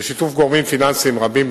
בשיתוף גורמים פיננסיים רבים,